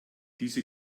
diese